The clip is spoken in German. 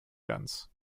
ganz